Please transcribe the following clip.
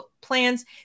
plans